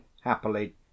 happily